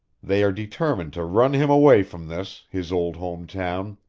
they are determined to run him away from this, his old home town.